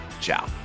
Ciao